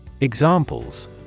Examples